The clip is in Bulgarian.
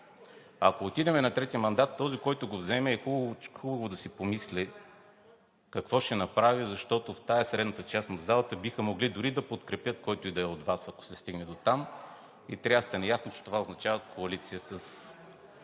ако отидем на трети мандат, този, който го вземе, е хубаво да си помисли какво ще направи, защото в тази – средната част на залата, биха могли дори и да подкрепят който и да е от Вас. Ако се стигне дотам, трябва да сте наясно, че това означава коалиция с